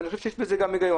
ואני חושב שיש בזה גם היגיון.